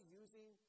using